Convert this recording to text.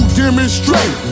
demonstrate